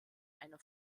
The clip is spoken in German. einer